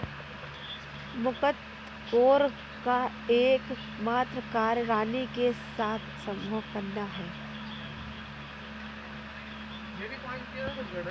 मुकत्कोर का एकमात्र कार्य रानी के साथ संभोग करना है